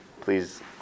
please